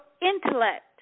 intellect